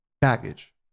baggage